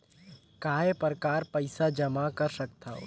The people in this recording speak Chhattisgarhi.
काय प्रकार पईसा जमा कर सकथव?